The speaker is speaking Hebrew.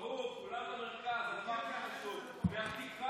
ברור, כולם במרכז, אתן לך